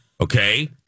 Okay